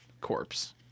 corpse